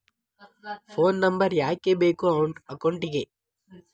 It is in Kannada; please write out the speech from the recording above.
ಫೋನ್ ನಂಬರ್ ಯಾಕೆ ಬೇಕು ಅಕೌಂಟಿಗೆ?